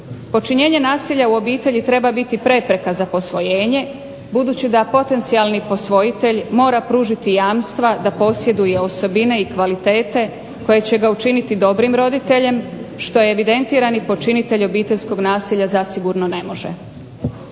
Počinjenje nasilja u obitelji treba biti prepreka za posvojenje, budući da potencijalni posvojitelj mora pružiti jamstva da posjeduje osobine i kvalitete koje će ga učiniti dobrim roditeljem, što je evidentirani počinitelj obiteljskog nasilja zasigurno ne može.